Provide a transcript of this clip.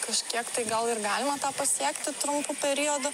kažkiek tai gal ir galima tą pasiekti trumpu periodu